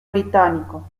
británico